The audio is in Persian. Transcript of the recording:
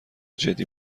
جدی